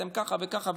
אתם ככה וככה,